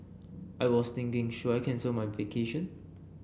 I was thinking should I cancel my vacation